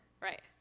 Right